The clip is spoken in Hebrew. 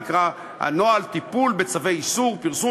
נקרא "נוהל טיפול בצווי איסור פרסום